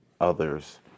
others